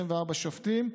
24 שופטים,